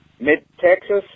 mid-Texas